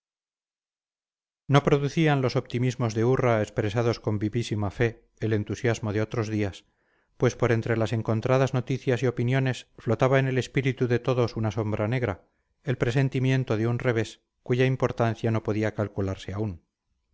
no producían los optimismos de urra expresados con vivísima fe el entusiasmo de otros días pues por entre las encontradas noticias y opiniones flotaba en el espíritu de todos una sombra negra el presentimiento de un revés cuya importancia no podía calcularse aún